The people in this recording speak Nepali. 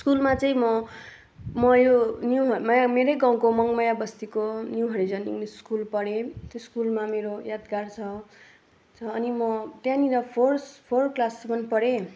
स्कुलमा चाहिँ म म यो न्युमाया मेरै गाउँको मङमाया बस्तीको न्यु हराइजन इङ्ग्लिस स्कुल पढेँ त्यो स्कुलमा मेरो यादगार छ छ अनि म त्यहाँनिर फोर्स फोर क्लाससम्म पढेँ